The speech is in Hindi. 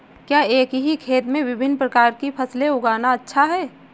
क्या एक ही खेत में विभिन्न प्रकार की फसलें उगाना अच्छा है?